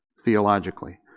theologically